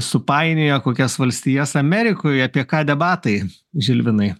supainioja kokias valstijas amerikoj apie ką debatai žilvinai